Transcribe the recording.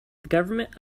government